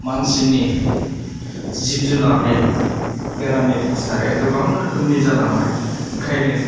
मानसिनि जिब जुनारनि बेरामनि थासारिया गोबां रोखोमनि जालांबाय ओंखायनो